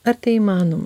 ar tai įmanoma